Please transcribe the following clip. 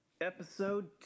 episode